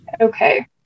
Okay